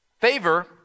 Favor